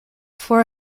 four